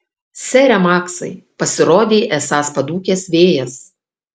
sere maksai pasirodei esąs padūkęs vėjas